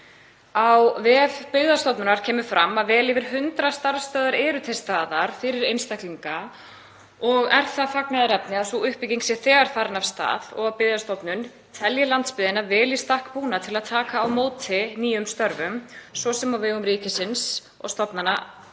Á vef Byggðastofnunar kemur fram að vel yfir 100 starfsstöðvar eru til staðar fyrir einstaklinga og er það fagnaðarefni að sú uppbygging sé þegar farin af stað og að Byggðastofnun telji landsbyggðina vel í stakk búna til að taka á móti nýjum störfum, svo sem á vegum ríkisins og stofnana þess.